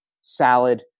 salad